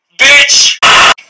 bitch